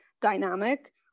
dynamic